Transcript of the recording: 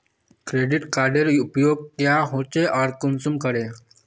Credit कार्डेर उपयोग क्याँ होचे आर कुंसम करे?